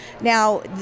Now